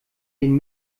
den